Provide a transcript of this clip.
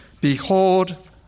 Behold